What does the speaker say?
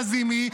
לזימי,